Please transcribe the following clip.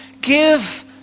Give